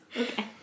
Okay